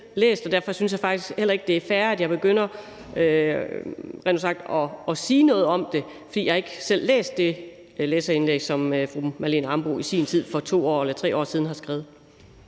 jeg derfor faktisk heller ikke synes, det er fair, at jeg begynder at sige noget om det. For jeg har ikke selv læst det læserindlæg, som fru Marlene Ambo-Rasmussen i sin tid, for 2 år eller 3 år siden, har skrevet.